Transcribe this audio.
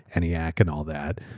any act and all that.